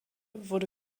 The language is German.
wurde